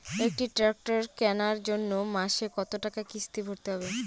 একটি ট্র্যাক্টর কেনার জন্য মাসে কত টাকা কিস্তি ভরতে হবে?